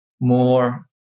more